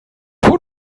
von